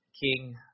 king